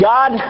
God